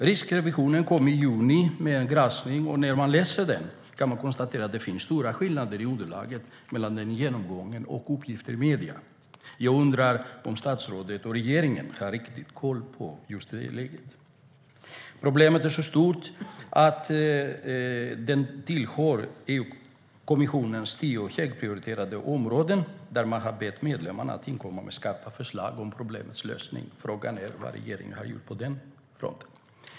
Riksrevisionen kom i juni med en granskning, och när man läser den kan man konstatera att det finns stora skillnader i underlaget mellan den genomgången och uppgifter i medierna. Jag undrar om statsrådet och regeringen riktigt har koll på läget. Problemet är så stort att det hör till EU-kommissionens tio högprioriterade områden, och man har bett medlemmarna att inkomma med skarpa förslag till problemets lösning. Frågan är vad regeringen har gjort på den punkten.